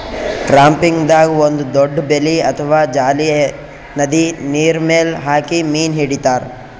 ಟ್ರಾಪಿಂಗ್ದಾಗ್ ಒಂದ್ ದೊಡ್ಡ್ ಬಲೆ ಅಥವಾ ಜಾಲಿ ನದಿ ನೀರ್ಮೆಲ್ ಹಾಕಿ ಮೀನ್ ಹಿಡಿತಾರ್